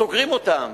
סוגרים אותם.